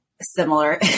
Similar